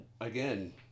again